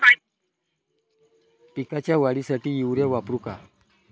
पिकाच्या वाढीसाठी युरिया वापरू का?